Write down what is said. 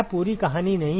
यह पूरी कहानी नहीं है